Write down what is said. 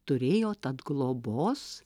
turėjo tad globos